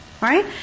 Right